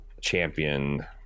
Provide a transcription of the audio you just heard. champion